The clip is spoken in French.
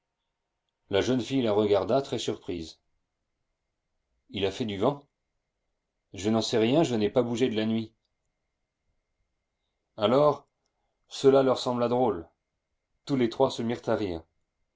la jeune fille la regarda très surprise il a fait du vent je n'en sais rien je n'ai pas bougé de la nuit alors cela leur sembla drôle tous les trois se mirent à rire